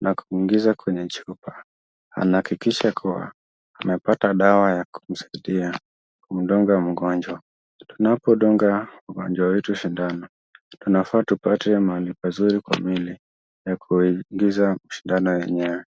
na kuingiza kwenye chupa. Anahakikisha kuwa amepata dawa ya kumsaidia kumdunga mgonjwa. Tunapodunga wagonjwa wetu sindano, tunafaa tupate mahali pazuri kwa mwili ya kuingiza sindano yenyewe.